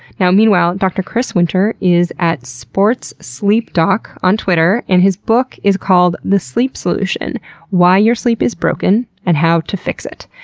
you know meanwhile, dr. chris winter is at sportsleepdoc on twitter and his book is the sleep solution why your sleep is broken and how to fix it.